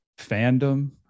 fandom